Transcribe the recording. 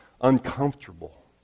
uncomfortable